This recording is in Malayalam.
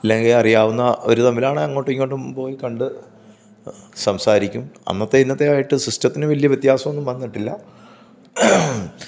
ഇല്ലെങ്കിൽ അറിയാവുന്ന അവർ തമ്മിലാണേൽ അങ്ങോട്ടുമിങ്ങോട്ടും പോയി കണ്ട് സംസാരിക്കും അന്നത്തേം ഇന്നത്തേം ആയിട്ട് സിസ്റ്റത്തിന് വലിയ വ്യത്യാസമൊന്നും വന്നിട്ടില്ല